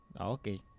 okay